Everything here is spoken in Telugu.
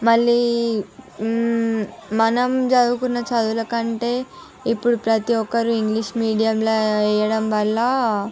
మళ్లీ మనం చదువుకున్న చదువుల కంటే ఇప్పుడు ప్రతి ఒక్కరు ఇంగ్లీష్ మీడియంల వేయడం వల్ల